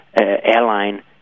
airline